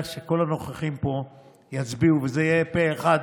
שכל הנוכחים יצביעו, וזה יהיה פה אחד,